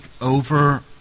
over